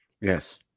Yes